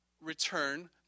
return